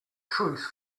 truth